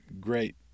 great